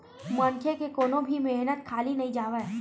मनखे के कोनो भी मेहनत खाली नइ जावय